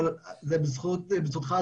אבל בזכותך,